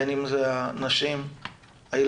בין אם זה הנשים, הילדים.